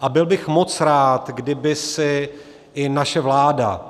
A byl bych moc rád, kdyby si i naše vláda,